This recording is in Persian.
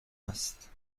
است